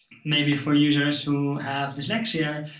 maybe for users who have dyslexia,